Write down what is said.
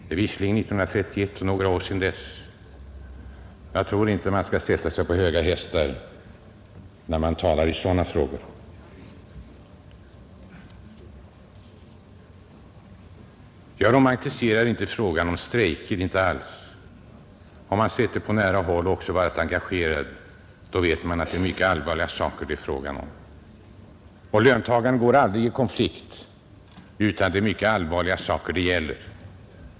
Det var visserligen år 1931, alltså för åtskilliga år sedan, men jag tror inte man skall sätta sig på höga hästar när man talar i sådana här frågor. Jag romantiserar inte alls frågan om strejker. Har man sett dem på nära håll och även varit engagerad i dem vet man att det är fråga om mycket allvarliga saker. Löntagarna går heller aldrig in i en konflikt utan att det är mycket allvarliga saker det gäller.